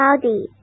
Cloudy